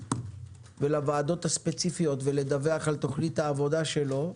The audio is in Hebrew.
ולוועדות הספציפיות ולדווח על תוכנית העבודה שלו,